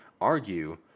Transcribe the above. argue